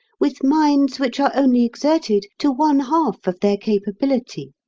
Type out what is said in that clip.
with minds which are only exerted to one-half of their capability.